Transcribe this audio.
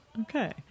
Okay